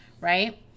right